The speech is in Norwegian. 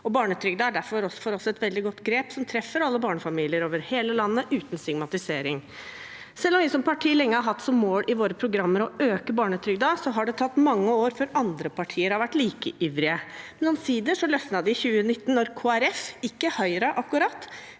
Barnetrygden er for oss derfor et veldig godt grep som treffer alle barnefamilier over hele landet, uten stigmatisering. Selv om vi som parti lenge har hatt som mål i våre programmer å øke barnetrygden, har det tatt mange år før andre partier har blitt like ivrige. Omsider løsnet det i 2019 da Kristelig Folkeparti